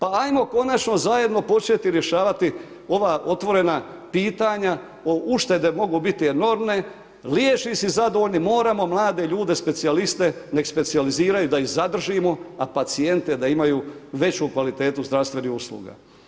Ajmo konačno zajedno početi rješavati ova otvorena pitanje, uštede mogu biti enormne, liječnici zadovoljni moramo mlade ljude, specijaliste, neka specijaliziraju da ih zadržimo, a pacijenti da imaju veću kvalitetu zdravstvenih usluga.